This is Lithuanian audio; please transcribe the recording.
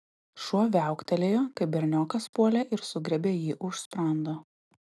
šuo viauktelėjo kai berniokas puolė ir sugriebė jį už sprando